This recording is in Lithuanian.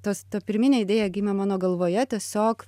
tas ta pirminė idėja gimė mano galvoje tiesiog